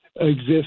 exist